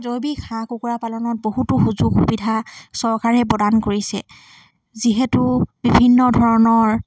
জৈৱিক হাঁহ কুকুৰা পালনত বহুতো সুযোগ সুবিধা চৰকাৰে প্ৰদান কৰিছে যিহেতু বিভিন্ন ধৰণৰ